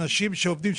אנשים שעובדים,